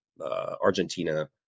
Argentina